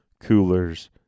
Coolers